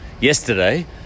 yesterday